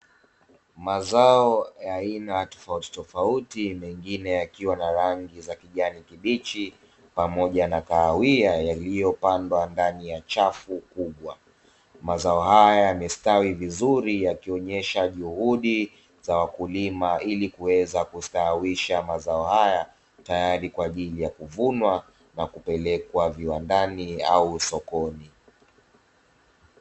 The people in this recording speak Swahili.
Mazao ya aina ya tofauti tofauti, mengine yakiwa na rangi za kijani kibichi pamoja na kahawia yaliyopandwa ndani ya chafu kubwa. Mazao haya yamestawi vizuri yakionyesha juhudi za wakulima ili kuweza kustawisha mazao haya tayari kwa ajili ya kuvunwa na kupelekwa viwandani au sokoni.